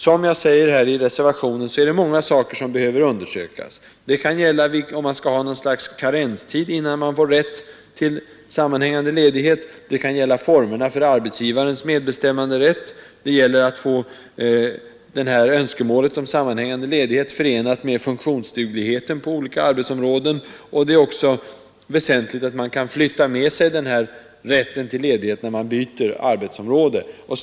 Som jag säger i reservationen 3 är det många saker som behöver undersökas. Det kan gälla om något slags karenstid skall tillämpas innan man får rätt till sammanhängande ledighet, formerna för arbetsgivarens medbestämmanderätt och hur önskemålet om en sammanhängande ledighet skall förenas med funktionsdugligheten på olika arbetsområden. Det är också väsentligt att man kan föra med sig denna rätt till ledighet när man byter yrke och anställning.